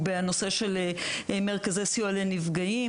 בנושא של מרכזי סיוע לנפגעים,